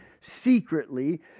secretly